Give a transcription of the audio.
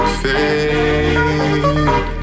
fade